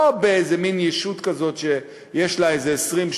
לא באיזה מין ישות כזאת שיש לה איזה 20,